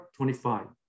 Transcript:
25